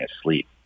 asleep